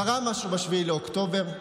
קרה משהו ב-7 באוקטובר.